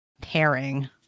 Pairing